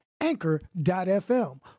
Anchor.FM